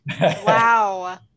Wow